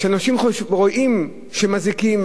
ושאנשים רואים שהם מזיקים.